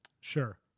sure